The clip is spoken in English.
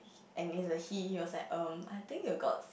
and it's a he he was like um I think you got